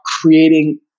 creating